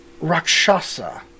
Rakshasa